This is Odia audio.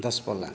ଦଶପଲ୍ଲା